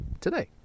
today